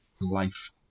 life